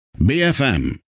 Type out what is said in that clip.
BFM